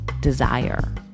desire